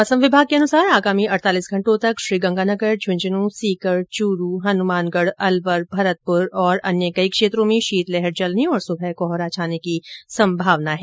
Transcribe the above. मौसम विभाग के अनुसार आगामी अड़तालीस घंटों तक श्रीगंगानगर झुंझुनूं सीकर चूरू हनुमानगढ़ अलवर भरतपुर और अन्य कई क्षेत्रों में शीतलहर चलने तथा सुबह कोहरा छाने की संभावना है